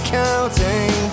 counting